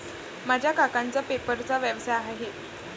माझ्या काकांचा पेपरचा व्यवसाय आहे